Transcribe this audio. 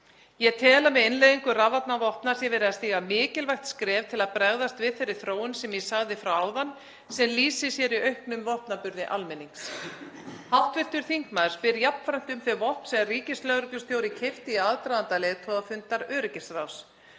Ég tel að með innleiðingu rafvarnarvopna sé verið að stíga mikilvægt skref til að bregðast við þeirri þróun sem ég sagði frá áðan sem lýsir sér í auknum vopnaburði almennings. Hv. þingmaður spyr jafnframt um þau vopn sem ríkislögreglustjóri keypti í aðdraganda leiðtogafundar öryggisráðs.